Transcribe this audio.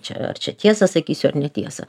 čia ar čia tiesą sakysiu ar netiesą